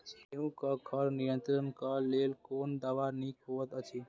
गेहूँ क खर नियंत्रण क लेल कोन दवा निक होयत अछि?